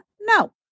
No